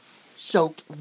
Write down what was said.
soaked